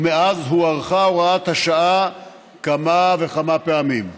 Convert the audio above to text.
ומאז הוארכה הוראת השעה כמה וכמה פעמים.